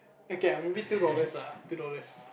okay ah maybe two dollars lah two dollars